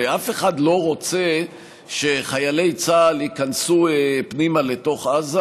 הרי אף אחד לא רוצה שחיילי צה"ל ייכנסו פנימה לתוך עזה,